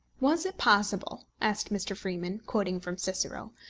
was it possible, asked mr. freeman, quoting from cicero,